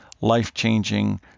life-changing